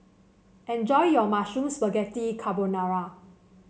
enjoy your Mushroom Spaghetti Carbonara